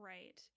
Right